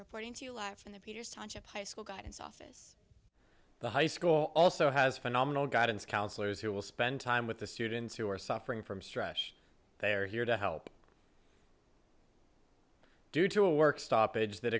reporting to you live in the peters township high school guidance office the high school also has phenomenal guidance counselors who will spend time with the students who are suffering from stress they are here to help due to a work stoppage that